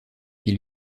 qui